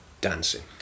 dancing